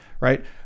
right